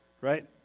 right